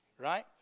right